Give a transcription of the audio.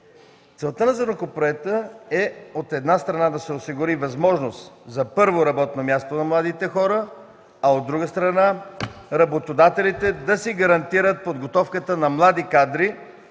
Целта на законопроекта е, от една страна, да се осигури възможност за първо работно място на младите хора, а от друга страна, работодателите да си гарантират подготовката на млади кадри,